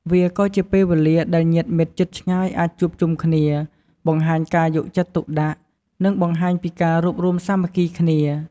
វាក៏ជាពេលវេលាដែលញាតិមិត្តជិតឆ្ងាយអាចជួបជុំគ្នា បង្ហាញការយកចិត្តទុកដាក់ និងបង្ហាញពីការរួបរួមសាមគ្គីគ្នា។